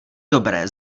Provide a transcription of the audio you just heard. dobré